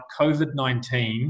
COVID-19